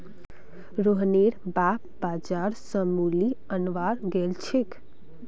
रोहनेर बाप बाजार स मूली अनवार गेल छेक